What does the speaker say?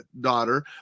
daughter